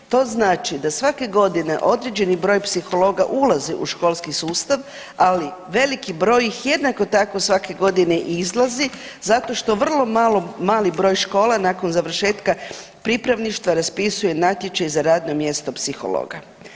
To znači da svake godine određeni broj psihologa ulazi u školski sustav, ali veliki broj ih jednako tako svake godine i izlazi zato što vrlo mali broj škola nakon završetka pripravništva raspisuje natječaj za radno mjesto psihologa.